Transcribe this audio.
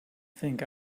think